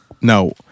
No